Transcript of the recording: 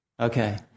Okay